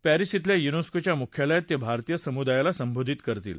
Paris ब्रिल्या UNESCO च्या मुख्यालयात ते भारतीय समुदायाला संबोधित करतील